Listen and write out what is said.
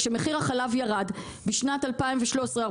זה היה פה כשמחיר החלב ירד בשנת 2013-2014,